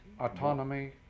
Autonomy